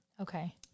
Okay